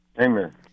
Amen